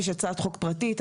יש הצעת חוק פרטית.